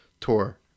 Tour